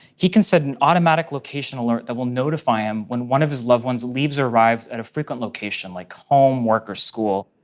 he can set an automatic location alert that will notify him when one of his loved ones leaves or arrives at a frequent location like home, work, or school.